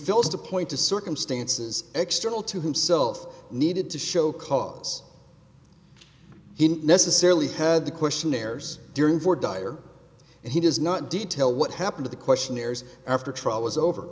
feels to point to circumstances external to himself needed to show cause he didn't necessarily had the questionnaires during voir dire and he does not detail what happened to the questionnaires after trial was over